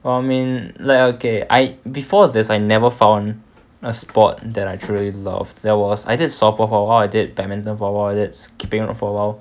I mean like okay I before this I never found a sport that I truly love there was I did softball for awhile I did badminton for awhile then skipping rope for awhile